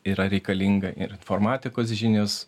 yra reikalinga ir informatikos žinios